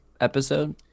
episode